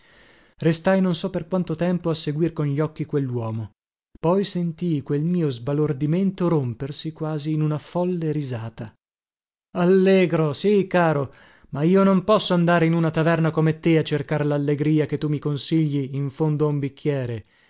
mintronarono restai non so per quanto tempo a seguir con gli occhi quelluomo poi sentii quel mio sbalordimento rompersi quasi in una folle risata allegro sì caro ma io non posso andare in una taverna come te a cercar lallegria che tu mi consigli in fondo a un bicchiere